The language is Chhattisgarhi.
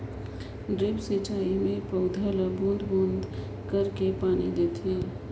ड्रिप सिंचई मे पउधा ल बूंद बूंद कईर के पानी देथे